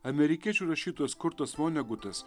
amerikiečių rašytojas kurtas vonegutas